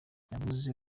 yavuze